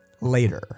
later